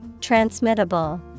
Transmittable